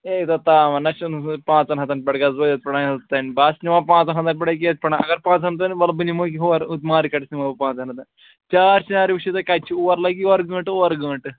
یوٗتاہ تاوَن نہ چھُنہٕ پانٛژَن ہَتَن پٮ۪ٹھ گژھٕ بہٕ ییٚتہِ پٮ۪ٹھَن حظ تانۍ بہٕ حظ چھُس نِوان پانٛژَن ہَتَن پٮ۪ٹھٕے ییٚتہِ پٮ۪ٹھ اگر پانٛژَن تانۍ وَلہٕ بہٕ نِمو یہِ ہورٕ مارکیٹَس نِمو بہٕ پانٛژَن ہَتَن چار چارِ وٕچھِو تُہۍ کَتہِ چھِ اور لَگہِ یورٕ گٲنٛٹہٕ اورٕ گٲنٛٹہٕ